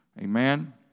Amen